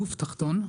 גוף תחתון,